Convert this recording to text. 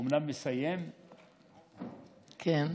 אומנם מסיים, כן.